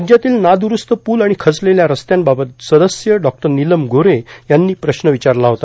राज्यातील नादुरूस्त पूल आणि खचलेल्या रस्त्यांबाबत सदस्य डॉ नीलम गोऱ्हे यांनी प्रश्न विचारला होता